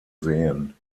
sehen